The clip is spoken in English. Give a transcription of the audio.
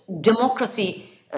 democracy